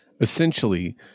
Essentially